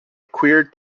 queer